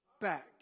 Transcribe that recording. back